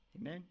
Amen